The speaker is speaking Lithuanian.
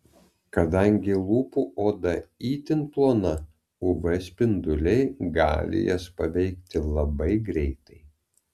kadangi lūpų oda itin plona uv spinduliai gali jas paveikti labai greitai